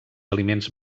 aliments